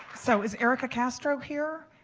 so is erica castro here?